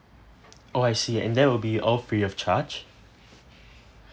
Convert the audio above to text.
oh I see and there will be all free of charge